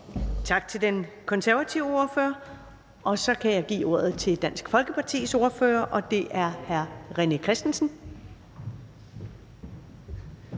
Tak til den konservative ordfører. Og så kan jeg give ordet til Dansk Folkepartis ordfører. Og det er hr. René Christensen.